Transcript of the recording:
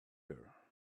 her